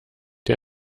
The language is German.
der